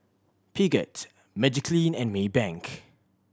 Peugeot Magiclean and Maybank